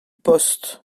post